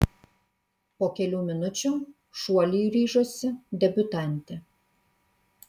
po kelių minučių šuoliui ryžosi debiutantė